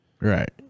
Right